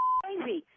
crazy